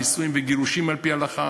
נישואים וגירושים על-פי ההלכה.